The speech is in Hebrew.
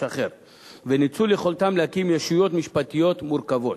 אחר וניצול יכולתם להקים ישויות משפטיות מורכבות,